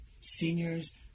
seniors